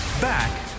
Back